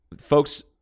Folks